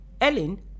Ellen